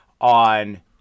on